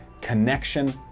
connection